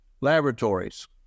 laboratories